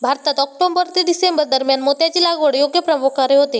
भारतात ऑक्टोबर ते डिसेंबर दरम्यान मोत्याची लागवड योग्य प्रकारे होते